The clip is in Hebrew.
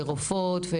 לרופאות,